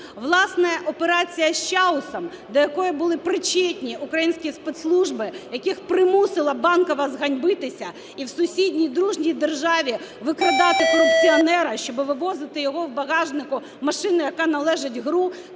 Власне, операція з Чаусом, до якої були причетні українські спецслужби, яких примусила Банкова зганьбитися і в сусідній дружній державі викрадати корупціонера, щоб вивозити його в багажнику машини, яка належить ГРУ,